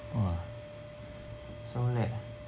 !wah! so late ah